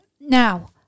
now